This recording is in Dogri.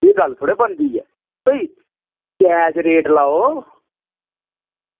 एह् गल्ल थोह्ड़ी बनदी ऐ शैल रेट लाओ